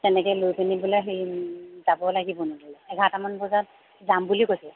তেনেকৈ লৈ পেনি পেলাই হেৰি যাব লাগিব নহ'লে এঘাৰটামান বজাত যাম বুলি কৈছে